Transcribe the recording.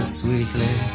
sweetly